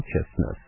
consciousness